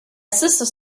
sisters